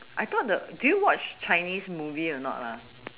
I thought the do you watch chinese movies or not